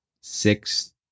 six